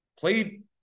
Played